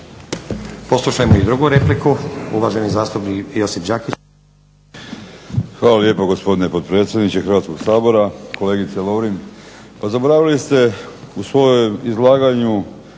Poslušajmo i drugu repliku uvaženi zastupnik Josip Đakić. **Đakić, Josip (HDZ)** Hvala lijepo gospodine potpredsjedniče Hrvatskog sabora. Kolegice Lovrin, pa zaboravili ste u svom izlaganju